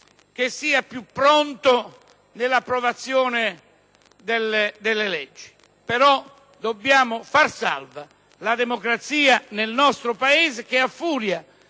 e più pronto nell'approvazione delle leggi. Dobbiamo però far salva la democrazia nel nostro Paese, che, a furia